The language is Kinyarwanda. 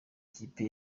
kipe